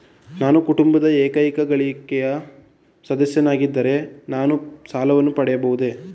ನಾನು ಕುಟುಂಬದ ಏಕೈಕ ಗಳಿಕೆಯ ಸದಸ್ಯನಾಗಿದ್ದರೆ ನಾನು ಸಾಲವನ್ನು ಪಡೆಯಬಹುದೇ?